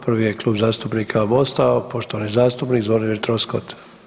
Prvi je Klub zastupnika Mosta poštovani zastupnik Zvonimir Troskot.